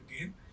again